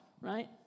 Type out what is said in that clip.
Right